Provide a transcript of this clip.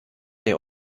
der